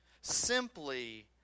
simply